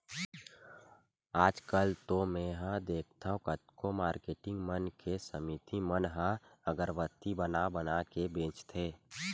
आजकल तो मेंहा देखथँव कतको मारकेटिंग मन के समिति मन ह अगरबत्ती बना बना के बेंचथे